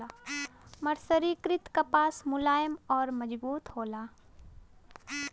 मर्सरीकृत कपास मुलायम आउर मजबूत होला